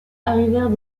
arrivèrent